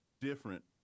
Different